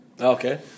Okay